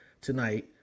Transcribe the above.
tonight